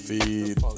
Feed